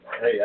Hey